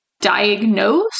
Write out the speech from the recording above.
diagnose